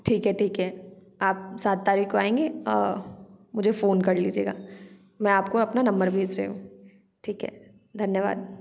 ठीक है ठीक है आप सात तारीख को आएंगे अ मुझे फोन कर लीजिएगा मैं आपको अपना नंबर भेज रही हूँ ठीक है धन्यवाद